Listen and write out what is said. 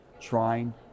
trying